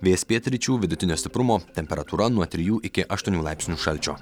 vėjas pietryčių vidutinio stiprumo temperatūra nuo trijų iki aštuonių laipsnių šalčio